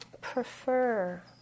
prefer